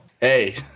Hey